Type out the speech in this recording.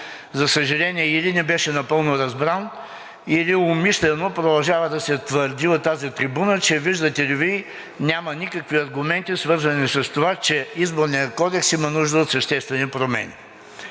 за съжаление, или не беше напълно разбран, или умишлено продължава да се твърди от тази трибуна, че, виждате ли, няма никакви аргументи, свързани с това, че Изборният кодекс има нужда от съществени промени.